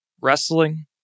Wrestling